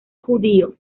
judío